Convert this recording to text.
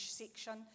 section